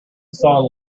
song